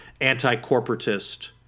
anti-corporatist